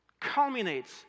culminates